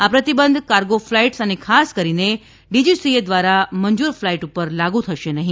આ પ્રતિબંધ cargo flights અને ખાસ કરીને ડીજીસીએ દ્વારા મંજુર ફલાઇટસ પર લાગુ થશે નહી